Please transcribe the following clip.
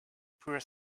poor